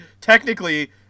technically